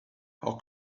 our